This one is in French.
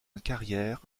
carrière